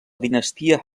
dinastia